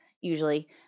usually